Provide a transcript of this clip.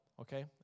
okay